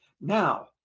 Now